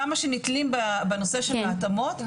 כמה שנתלים בנושא של ההתאמות,